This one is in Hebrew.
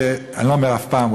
אני לא אומר אף פעם,